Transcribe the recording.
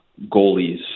goalies